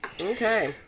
Okay